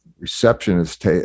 receptionist